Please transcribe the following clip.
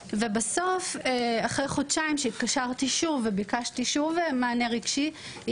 כאשר התקשרתי לאחר חודשיים שוב וביקשתי שוב מענה רגשי,